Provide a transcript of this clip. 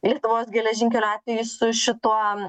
lietuvos geležinkelių atvejį su šituo